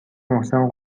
محسن